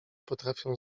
potrafią